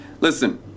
Listen